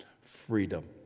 freedom